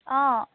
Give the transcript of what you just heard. অঁ